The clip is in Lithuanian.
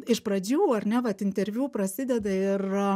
iš pradžių ar ne vat interviu prasideda ir